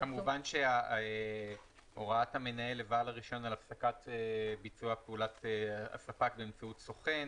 כמובן שהוראת המנהל לבעל רישיון על הפסקת ביצוע פעולת הספק באמצעות סוכן